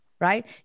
right